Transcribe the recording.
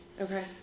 okay